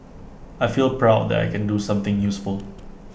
I feel proud that I can do something useful